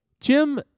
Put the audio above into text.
Jim